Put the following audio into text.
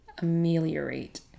Ameliorate